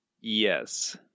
Yes